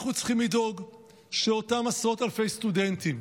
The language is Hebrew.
אנחנו צריכים לדאוג שאותם עשרות אלפי סטודנטים,